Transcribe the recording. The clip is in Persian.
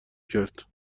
کرد